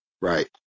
right